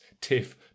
Tiff